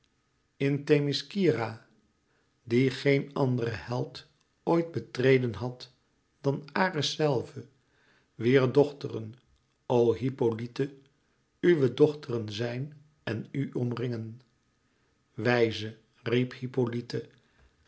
in themiskyra die geen andere held ooit betrad dan ares zelve wier dochteren o hippolyte uwe dochteren zijn en u omringen wijze riep